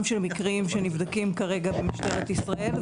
של מקרים שנבדקים כרגע במשטרת ישראל,